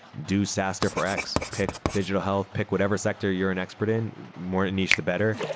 do saastr for x. pick digital health. pick whatever sector you're an expert in. more niche the better,